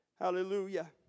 Hallelujah